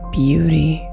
beauty